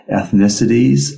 ethnicities